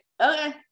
okay